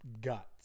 guts